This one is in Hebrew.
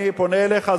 אני פונה אליך,